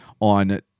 on